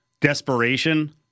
desperation